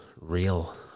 real